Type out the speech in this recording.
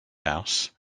house